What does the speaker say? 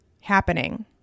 happening